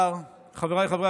אם כן, רבותיי חברי